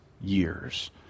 years